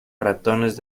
ratones